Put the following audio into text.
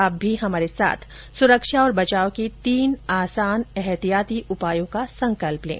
आप भी हमारे साथ सुरक्षा और बचाव के तीन आसान एहतियाती उपायों का संकल्प लें